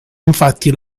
infatti